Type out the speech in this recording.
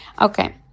Okay